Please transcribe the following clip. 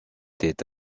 est